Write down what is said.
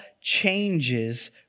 changes